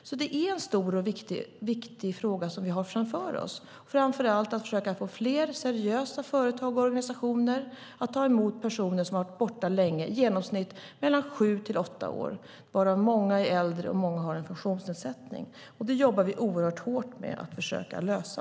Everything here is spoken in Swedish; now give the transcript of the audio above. Det är alltså en stor och viktig fråga vi har framför oss. Det gäller framför allt att försöka få fler seriösa företag och organisationer att ta emot personer som har varit borta länge, i genomsnitt mellan sju och åtta år, varav många är äldre och många har en funktionsnedsättning. Det jobbar vi oerhört hårt med att försöka lösa.